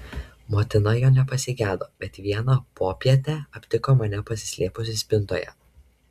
motina jo nepasigedo bet vieną popietę aptiko mane pasislėpusį spintoje